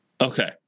Okay